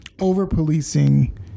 over-policing